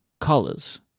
colors